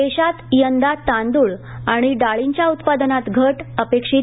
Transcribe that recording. देशात यंदा तांदुळ आणि डाळींच्या उत्पादनात घट अपेक्षित